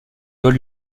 doit